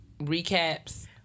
recaps